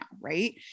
right